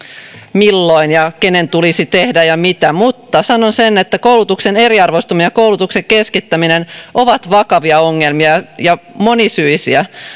milloin ja kenen tulisi tehdä ja mitä mutta sanon sen että koulutuksen eriarvoistuminen ja koulutuksen keskittäminen ovat vakavia ja monisyisiä ongelmia